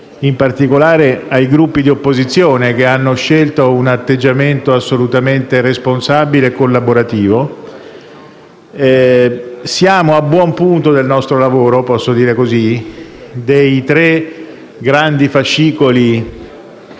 in particolare ai Gruppi di opposizione, che hanno scelto un atteggiamento assolutamente responsabile e collaborativo. Siamo ad un buon punto del nostro lavoro: posso dire così. Dei tre grandi fascicoli